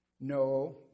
No